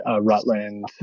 Rutland